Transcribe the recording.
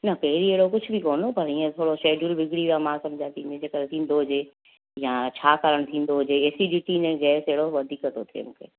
न पहिरीं अहिड़ो कुझु बि कोन्ह हो पर हीअंर थोरो शेडियुल बिगड़ी वियो आहे मां सम्झा थी हिनजे करे थींदो हुजे या छा कारण थींदो हुजे एसीडिटी न गैस एड़ो वधीक थो थिए